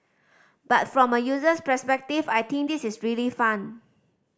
but from a user's perspective I think this is really fun